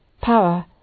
Power